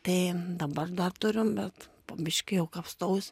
tai dabar dar turiu bet po biški jau kapstaus